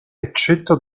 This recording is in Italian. eccetto